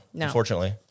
unfortunately